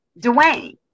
Dwayne